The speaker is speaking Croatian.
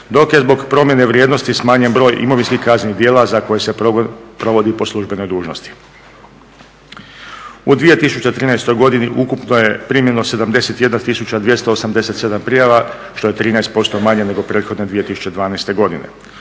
dok je zbog promjene vrijednosti smanjen broj imovinskih kaznenih djela za koje se provodi po službenoj dužnosti. U 2013. godini ukupno je primljeno 71287 prijava što je 13% manje nego prethodne 2012. godine.